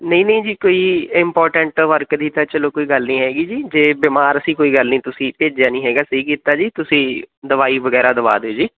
ਨਹੀਂ ਨਹੀਂ ਜੀ ਕੋਈ ਇਮਪੋਰਟੈਂਟ ਵਰਕ ਦੀ ਤਾਂ ਚੱਲੋ ਕੋਈ ਗੱਲ ਨਹੀਂ ਹੈਗੀ ਜੀ ਜੇ ਬਿਮਾਰ ਸੀ ਕੋਈ ਗੱਲ ਨਹੀਂ ਤੁਸੀਂ ਭੇਜਿਆ ਨਹੀਂ ਹੈਗਾ ਸਹੀ ਕੀਤਾ ਜੀ ਤੁਸੀਂ ਦਵਾਈ ਵਗੈਰਾ ਦਵਾ ਦਿਓ ਜੀ